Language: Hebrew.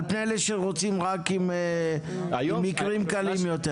על פני אלה שרוצם רק עם מקרים קלים יותר.